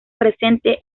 presente